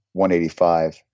185